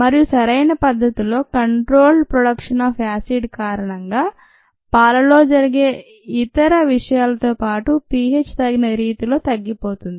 మరియు సరైన పద్ధతిలో కంట్రోల్డ్ ప్రొడక్షన్ అఫ్ యాసిడ్ కారణంగా పాలలో జరిగే ఇతర విషయాలతో పాటు pH తగిన రీతిలో తగ్గిపోతుంది